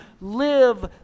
live